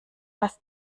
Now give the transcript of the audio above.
hast